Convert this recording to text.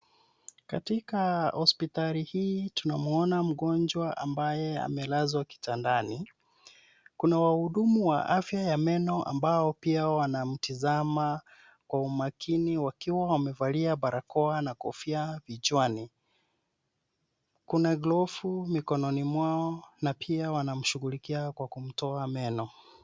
Katika hospitali hii tunamwona mgonjwa mabaye amelazwa kitandani kuna wahudumu wa afya ya meno ambao pia wanamtazama kwa umakini wakiwa wamevalia barakoa na kofia vichwani kuna glovu mikononi mwao na pia wanamshughulikia kwa kumtoa meno.